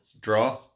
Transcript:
draw